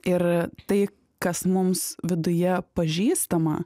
ir tai kas mums viduje pažįstama